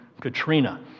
Katrina